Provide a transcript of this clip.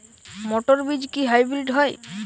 মটর বীজ কি হাইব্রিড হয়?